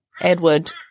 Edward